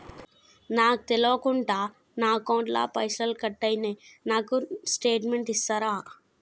నాకు తెల్వకుండా నా అకౌంట్ ల పైసల్ కట్ అయినై నాకు స్టేటుమెంట్ ఇస్తరా?